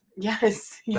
Yes